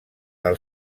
del